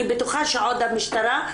אני בטוחה שהמשטרה,